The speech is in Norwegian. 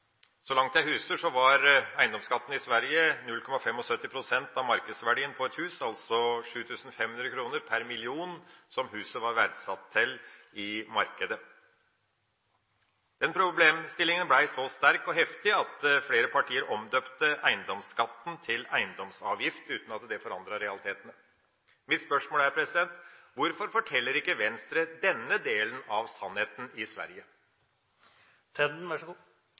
Så vidt jeg husker, var eiendomsskatten i Sverige 0,75 pst. av markedsverdien på et hus, altså 7 500 kr per million kroner som huset var verdsatt til i markedet. Den problemstillingen ble så sterk og heftig at flere partiet omdøpte eiendomsskatten til eiendomsavgift, uten at det forandret realitetene. Mitt spørsmål er: Hvorfor forteller ikke Venstre denne delen av sannheten om Sverige?